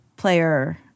Player